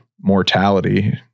mortality